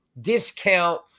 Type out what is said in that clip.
discount